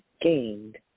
gained